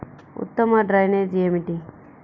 ఉత్తమ డ్రైనేజ్ ఏమిటి?